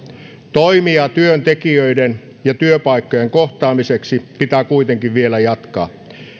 toimia työntekijöiden ja työpaikkojen kohtaamiseksi pitää kuitenkin vielä jatkaa